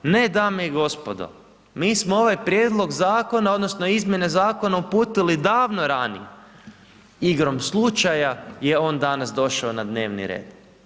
Ne dame i gospodo, mi smo ovaj prijedlog zakona odnosno izmjene zakona uputili davno ranije, igrom slučaja je on danas došao na dnevni red.